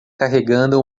carregando